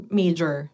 major